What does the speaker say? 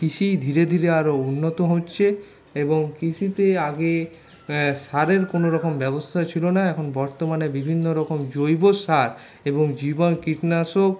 কৃষি ধীরে ধীরে আরও উন্নত হচ্ছে এবং কৃষিতে আগে সারের কোনোরকম ব্যবস্থা ছিল না এখন বর্তমানে বিভিন্ন রকম জৈব সার এবং জীবাণু কীটনাশক